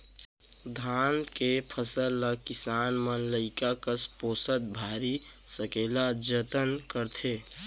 धान के फसल ल किसान मन लइका कस पोसत भारी सकेला जतन करथे